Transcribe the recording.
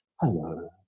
hello